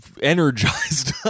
energized